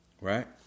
Right